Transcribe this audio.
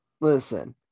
Listen